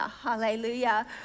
hallelujah